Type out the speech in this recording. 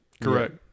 Correct